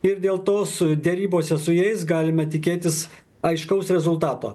ir dėl to su derybose su jais galime tikėtis aiškaus rezultato